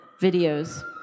videos